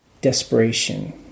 Desperation